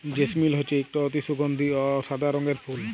জেসমিল হছে ইকট অতি সুগাল্ধি অ সাদা রঙের ফুল